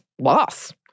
loss